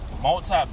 multi